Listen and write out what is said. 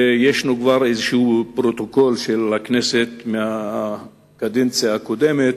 יש פרוטוקול של הכנסת מהקדנציה הקודמת,